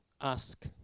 ask